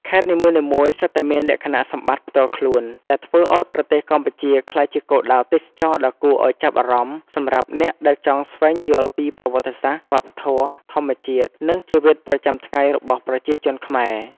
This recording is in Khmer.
ខេត្តនីមួយៗសុទ្ធតែមានលក្ខណៈសម្បត្តិផ្ទាល់ខ្លួន ដែលធ្វើឱ្យប្រទេសកម្ពុជាក្លាយជាគោលដៅទេសចរណ៍ដ៏គួរឱ្យចាប់អារម្មណ៍សម្រាប់អ្នកដែលចង់ស្វែងយល់ពីប្រវត្តិសាស្ត្រ វប្បធម៌ ធម្មជាតិ និងជីវិតប្រចាំថ្ងៃរបស់ប្រជាជនខ្មែរ។